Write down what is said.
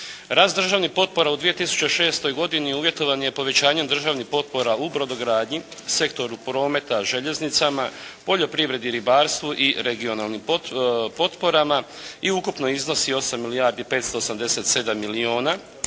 Rast državnih potpora u 2006. godini uvjetovan je povećanjem državnih potpora u brodogradnji, sektoru prometa, željeznicama, poljoprivredi, ribarstvu i regionalnim potporama i ukupno iznosi 8 milijardi 587 milijuna